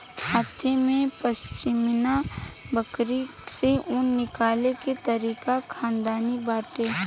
हाथे से पश्मीना बकरी से ऊन निकले के तरीका खानदानी बाटे